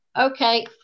Okay